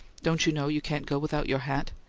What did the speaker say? don't you know you can't go without your hat?